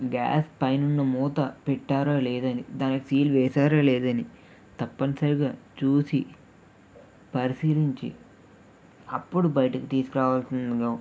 gas పైనున్న మూత పెట్టారో లేదని దానికి సీల్ వేశారో లేదని తప్పనిసరిగా చూసి పరిశీలించి అప్పుడు బయటకి తీసుకురావాల్సిందిగా